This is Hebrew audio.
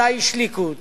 אתה איש ליכוד